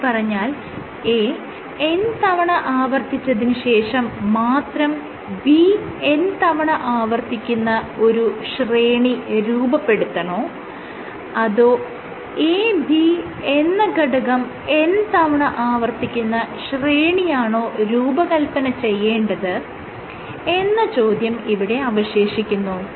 ചുരുക്കിപ്പറഞ്ഞാൽ A n തവണ ആവർത്തിച്ചതിന് ശേഷം മാത്രം B n തവണ ആവർത്തിക്കുന്ന ഒരു ശ്രേണി രൂപപെടുത്തണോ അതോ AB എന്ന ഘടകം n തവണ ആവർത്തിക്കുന്ന ശ്രേണിയാണോ രൂപകൽപന ചെയ്യേണ്ടത് എന്ന ചോദ്യം ഇവിടെ അവശേഷിക്കുന്നു